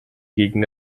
gegen